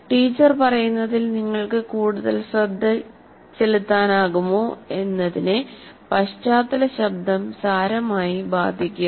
teacher പറയുന്നതിൽ നിങ്ങൾക്ക് കൂടുതൽ ശ്രദ്ധ ചെലുത്താനാകുമോ എന്നതിനെ പശ്ചാത്തല ശബ്ദം സാരമായി ബാധിക്കും